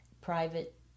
private